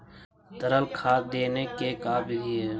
तरल खाद देने के का बिधि है?